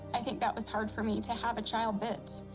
i think that was hard for me to have a child that